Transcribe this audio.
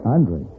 Andre